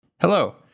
Hello